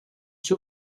two